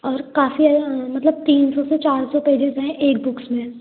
और काफ़ी मतलब तीन सौ से चार सौ पेजेज हैं एक बुक्स में